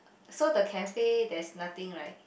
so the cafe there's nothing right